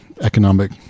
economic